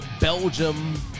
Belgium